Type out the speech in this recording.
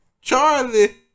Charlie